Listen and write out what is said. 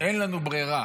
אין לנו ברירה.